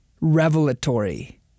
revelatory